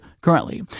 currently